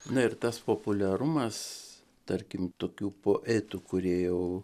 na ir tas populiarumas tarkim tokių poetų kurie jau